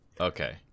Okay